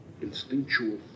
Instinctual